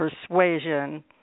persuasion